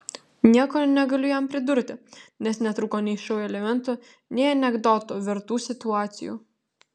nieko negaliu jam pridurti nes netrūko nei šou elementų nei anekdotų vertų situacijų